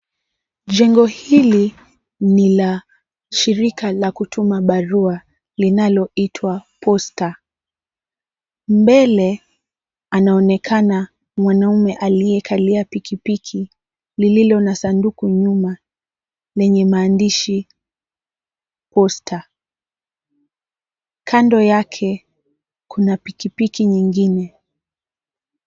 Jengo hili ni la shirika la kutuma barua linaloitwa Posta, mbele anaonekana mwanamume aliyekalia pikipiki lililonna sanduku nyuma lenye maandishi Posta, kando yake kuna pikipiki nyingine.